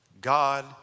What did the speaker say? God